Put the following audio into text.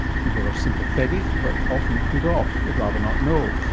people are sympathetic, but often put off, they'd rather not know.